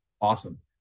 awesome